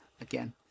again